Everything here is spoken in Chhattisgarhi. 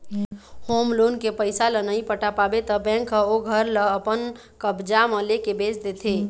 होम लोन के पइसा ल नइ पटा पाबे त बेंक ह ओ घर ल अपन कब्जा म लेके बेंच देथे